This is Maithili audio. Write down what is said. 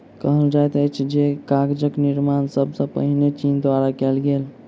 कहल जाइत अछि जे कागजक निर्माण सब सॅ पहिने चीन द्वारा कयल गेल